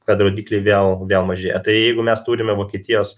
kad rodikliai vėl vėl mažėja tai jeigu mes turime vokietijos